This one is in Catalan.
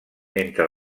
entre